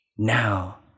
Now